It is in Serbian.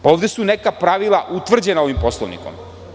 Ovde su neka pravila utvrđena ovim Poslovnikom.